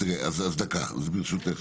זה שזה חסר